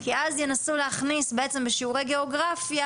כי אז ינסו להכניס בעצם בשיעורי גיאוגרפיה,